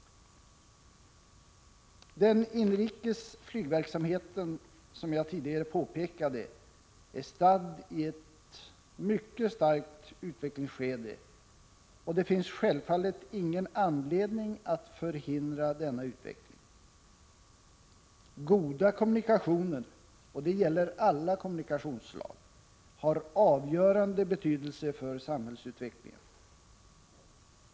Den inrikes flygverksamheten är, som jag tidigare påpekade, stadd i ett Prot. 1985/86:135 mycket starkt utvecklingsskede, och det finns självfallet ingen anledning att förhindra denna utveckling. Goda kommunikationer, och det gäller alla kommuvnikationsslag, har avgörande betydelse för samhällsutvecklingen.